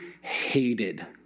hated